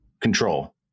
Control